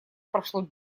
прошло